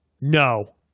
No